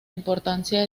importancia